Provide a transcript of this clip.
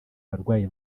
abarwayi